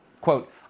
Quote